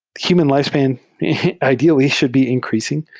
human lifespan ideally should be increasing.